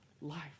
life